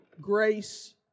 grace